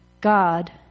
God